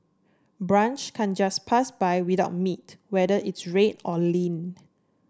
brunch can't just pass by without meat whether it's red or lean